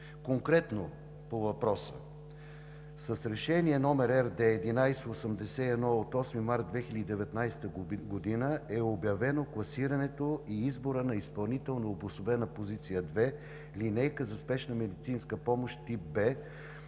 Конкретно по въпроса. С Решение № RD-1181 от 8 март 2019 г. е обявено класирането и изборът на изпълнител на Обособена позиция № 2: линейка за спешна медицинска помощ тип